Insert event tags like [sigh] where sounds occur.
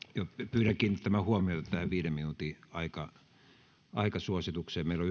pyydän kiinnittämään huomiota tähän viiden minuutin aikasuositukseen meillä [unintelligible]